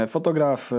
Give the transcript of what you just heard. Fotograf